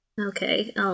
Okay